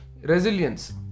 resilience